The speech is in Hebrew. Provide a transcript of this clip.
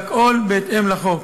והכול בהתאם לחוק.